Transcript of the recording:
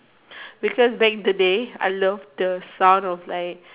because back the day I love the sound of like